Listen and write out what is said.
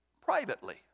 privately